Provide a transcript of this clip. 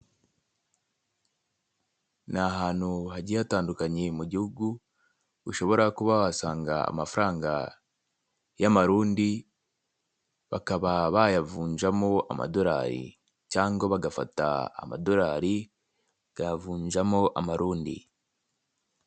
Ni ahantu hagiye hatandukanye mu gihugu ushobora kuba wasanga amafaranga y'amarundi bakaba bayavunjamo amadorari cyangwa bagafata amadorari bakayavunjamo amarundi.